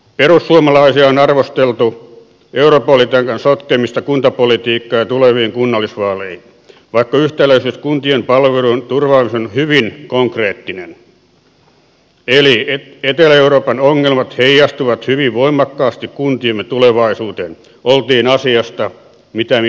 perussuomalaisia on arvosteltu europolitiikan sotkemisesta kuntapolitiikkaan ja tuleviin kunnallisvaaleihin vaikka yhtäläisyys kuntien palveluiden turvaamiseen on hyvin konkreettinen eli etelä euroopan ongelmat heijastuvat hyvin voimakkaasti kuntiemme tulevaisuuteen oltiin asiasta mitä mieltä tahansa